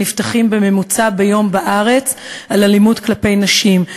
שנפתחים ביום בארץ על אלימות כלפי נשים,